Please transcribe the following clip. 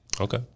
Okay